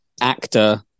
Actor